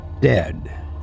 dead